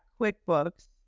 QuickBooks